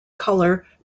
color